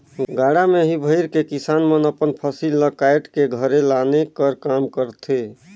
गाड़ा मे ही भइर के किसान मन अपन फसिल ल काएट के घरे लाने कर काम करथे